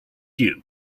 you